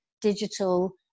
digital